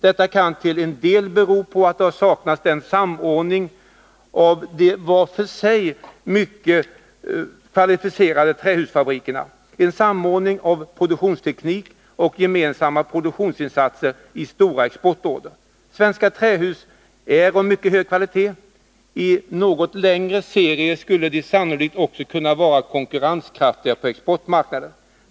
Detta kan till en del bero på att det har saknats en samordning av de var för sig mycket kvalificerade trähusfabrikerna, en samordning av produktionsteknik och gemensamma produktionsinsatser i stora exportorder. Svenska trähus är av mycket hög kvalitet. I något längre serier skulle de sannolikt också kunna vara konkurrenskraftiga på exportmarknaden.